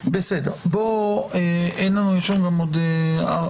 תחזרו אלינו עם פרסום של אמות המידה.